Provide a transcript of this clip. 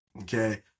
okay